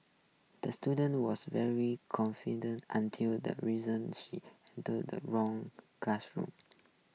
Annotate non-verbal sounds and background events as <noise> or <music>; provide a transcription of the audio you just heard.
the student was very confused until the reason she entered the wrong classroom <noise>